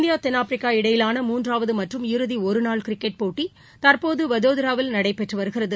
India தென்னாப்பிரிக்கா இடையிலான மூன்றாவது மற்றும் இறுதி ஒருநாள் மகளிர் கிரிக்கெட் போட்டி தற்போது வதோதராவில் நடந்து கொண்டிருக்கிறது